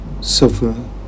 suffer